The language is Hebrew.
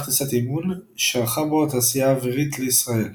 טיסת אימון שערכה בו התעשייה האווירית לישראל.